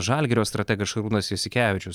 žalgirio strategas šarūnas jasikevičius